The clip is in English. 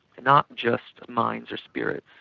not just minds or spirits.